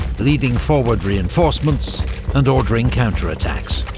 leading forward reinforcements and ordering counterattacks.